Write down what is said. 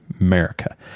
America